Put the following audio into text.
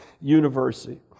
university